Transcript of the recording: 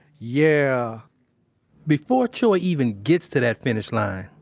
yeah before choy even gets to that finish line,